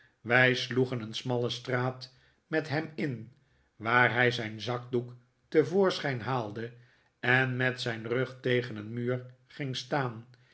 wij sloegen een smalle straat met hem in waar hij zijn zakdoek te voorschijn haalde en met zijn rug tegen een muur ging staan